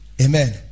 amen